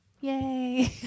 Yay